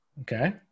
Okay